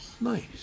Nice